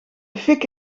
fik